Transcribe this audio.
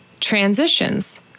transitions